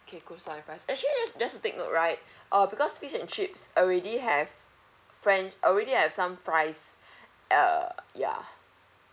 k coleslaw and fries actually ju~ just to take note right uh because fish and chips already have french already have some fries err yeah